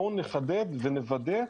בואו נחדד ונוודא,